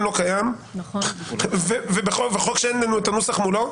לא קיים ובחוק שאין לנו הנוסח מולנו.